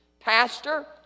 Pastor